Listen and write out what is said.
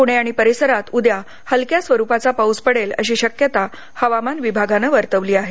पुणे आणि परिसरात उद्या हलक्या स्वरुपाचा पाऊस पडेल अशी शक्यता हवामान खात्यानं वर्तवली आहे